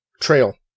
Trail